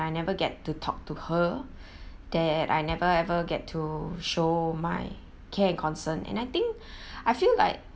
I never get to talk to her that I never ever get to show my care and concern and I think I feel like